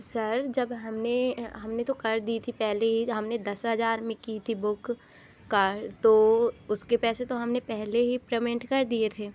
sir जब हमने हमने तो कर दी थी पहले ही हमने दस हज़ार में की थी बुक कार तो उसके पैसे तो हमने पहले ही पेमेंट कर दिए थे